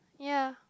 ya